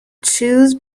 choose